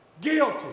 guilty